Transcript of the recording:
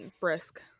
brisk